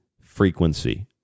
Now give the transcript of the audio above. frequency